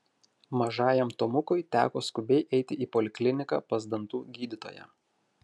mažajam tomukui teko skubiai eiti į polikliniką pas dantų gydytoją